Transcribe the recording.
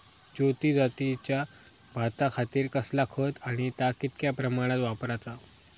ज्योती जातीच्या भाताखातीर कसला खत आणि ता कितक्या प्रमाणात वापराचा?